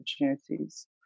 opportunities